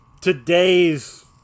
today's